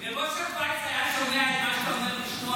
אם רב אשר וייס היה שומע את מה שאתה אומר בשמו,